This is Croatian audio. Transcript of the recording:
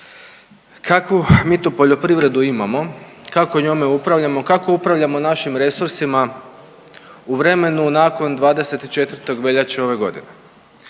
kakvu mi to poljoprivredu imamo, kako njome upravljamo, kako upravljamo našim resursima, u vrijeme nakon 24. veljače ove godine.